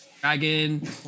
Dragon